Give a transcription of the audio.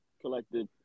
collected